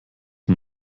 man